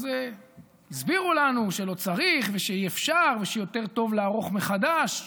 אז הסבירו לנו שלא צריך ושאי-אפשר ושיותר טוב לערוך מחדש.